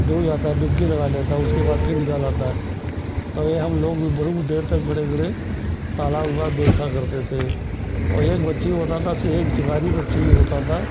डूब जाता है डुबकी लगा लेता है उसके बाद फिर निकल आता है तो यह हमलोग भी बहुत देर तक खड़े खड़े तालाब के पास देखा करते थे और एक पक्षी होता था एक शिकारी पक्षी यह होता था